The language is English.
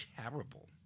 terrible